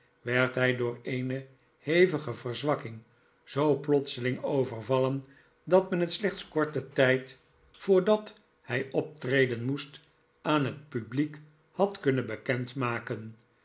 werd hij door eene hevige verzwakking zoo plofseling overvallen dat men het slechts korten tijd voordat hij optreden moest aan het publiek had kunnen bekend maken